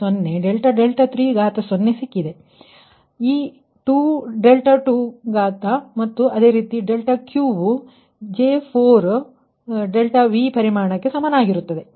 ಆದ್ದರಿಂದ ಈ 2 ∆2 ಮತ್ತು ಅದೇ ರೀತಿ ∆Q ವು J4 ∆V ಪರಿಮಾಣಕ್ಕೆ ಸಮಾನವಾಗಿರುತ್ತದೆ